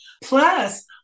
Plus